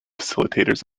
facilitators